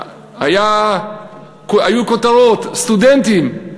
היו כותרות: סטודנטים,